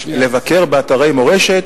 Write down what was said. לבקר באתרי מורשת,